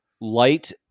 light